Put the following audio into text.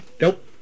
Nope